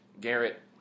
Garrett